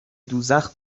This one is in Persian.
دوزخ